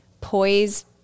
poise